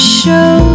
show